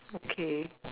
okay